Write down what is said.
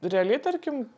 realiai tarkim